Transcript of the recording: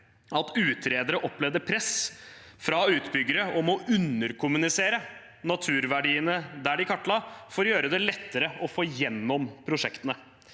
at utredere opplevde press fra utbyggere om å underkommunisere naturverdiene der de kartla, for å gjøre det lettere å få gjennom prosjektene.